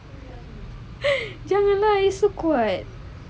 jangan lah esok kuat